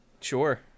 Sure